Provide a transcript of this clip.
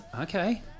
okay